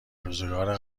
روزگار